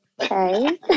Okay